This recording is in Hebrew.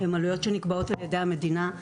הן עלויות שנקבעות על ידי המדינה.